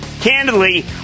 candidly